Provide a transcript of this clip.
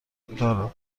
دارم